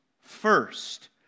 first